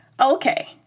Okay